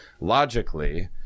logically